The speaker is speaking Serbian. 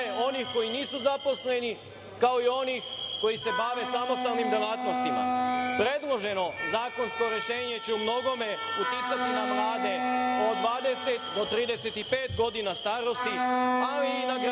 onih koji nisu zaposleni, kao i onih koji se bave samostalnim delatnostima. Predloženo zakonsko rešenje će u mnogome uticati na mlade od 20 do 35 godina starosti, ali i na građevinsku